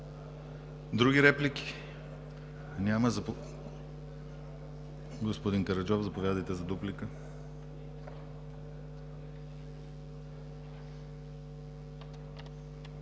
Други реплики? Няма. Господин Караджов, заповядайте за дуплика.